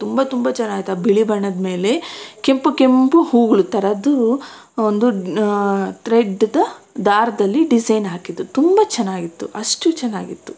ತುಂಬ ತುಂಬ ಚೆನಾಗಿತ್ತು ಆ ಬಿಳಿ ಬಣ್ಣದ ಮೇಲೆ ಕೆಂಪು ಕೆಂಪು ಹೂವುಗಳ್ ಥರದ್ದು ಒಂದು ತ್ರೆಡ್ದು ದಾರದಲ್ಲಿ ಡಿಸೈನ್ ಹಾಕಿದ್ರು ತುಂಬ ಚೆನ್ನಾಗಿತ್ತು ಅಷ್ಟು ಚೆನ್ನಾಗಿತ್ತು